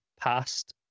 past